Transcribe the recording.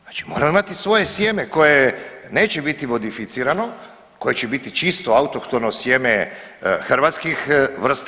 Znači moramo imati svoje sjeme koje neće biti modificirano, koje će biti čisto, autohtono sjeme hrvatskih vrsta.